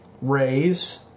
Raise